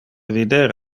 vider